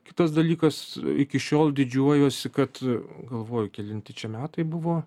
kitas dalykas iki šiol didžiuojuosi kad galvoju kelinti metai buvo